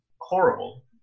horrible